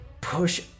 push